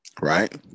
Right